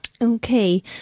Okay